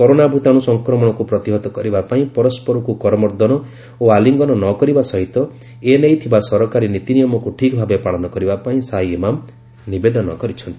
corona ଭୂତାଣୁ ସଂକ୍ରମଣକୁ ପ୍ରତିହତ କରିବାପାଇଁ ପରସ୍କରକୁ କରମର୍ଦ୍ଦନ ଓ ଆଲିଙ୍ଗନ ନ କରିବା ସହିତ ଏନେଇ ଥିବା ସରକାରୀ ନୀତି ନିୟମକୁ ଠିକ୍ ଭାବେ ପାଳନ କରିବାପାଇଁ ସାହି ଇମାମ୍ ମୁସଲ୍ମାନ ସମ୍ପ୍ରଦାୟକୁ ନିବେଦନ କରିଚ୍ଚନ୍ତି